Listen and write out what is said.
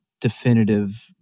definitive